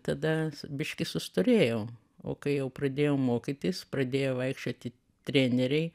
tada biškį sustorėjau o kai jau pradėjau mokytis pradėjau vaikščioti treneriai